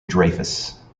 dreyfus